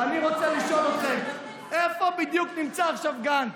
ואני רוצה לשאול אתכם: איפה בדיוק נמצא עכשיו גנץ?